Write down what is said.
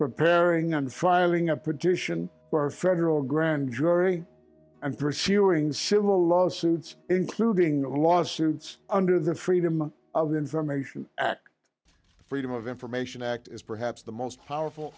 preparing and filing a petition for a federal grand jury and pursuing civil lawsuits including the lawsuits under the freedom of information freedom of information act is perhaps the most powerful